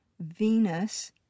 venus